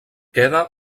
queda